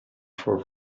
for